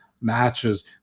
matches